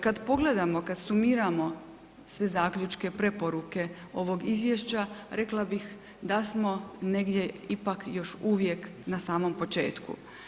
Kad pogledamo, kad sumiramo sve zaključke, preporuke ovog izvješća, rekla bih da smo negdje ipak još uvijek na samom početku.